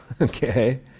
Okay